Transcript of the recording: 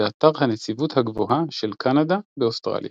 באתר הנציבות הגבוהה של קנדה באוסטרליה